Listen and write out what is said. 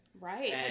Right